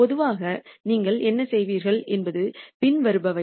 பொதுவாக நீங்கள் என்ன செய்வீர்கள் என்பது பின்வருபவை